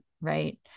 Right